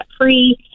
free